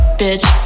bitch